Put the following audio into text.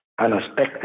unexpected